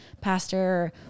pastor